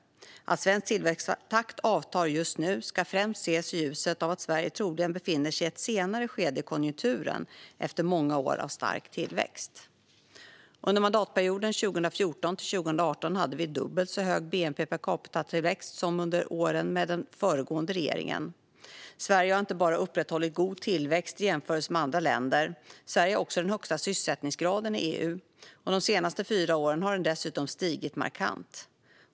Att svensk tillväxttakt avtar just nu ska främst ses i ljuset av att Sverige troligen befinner sig i ett senare skede i konjunkturen, efter många år av stark tillväxt. Under mandatperioden 2014-2018 hade vi dubbelt så hög bnp-per-capita-tillväxt som under åren med den föregående regeringen. Sverige har inte bara upprätthållit god tillväxt i jämförelse med andra länder. Sverige har också den högsta sysselsättningsgraden i EU. De senaste fyra åren har den dessutom stigit markant.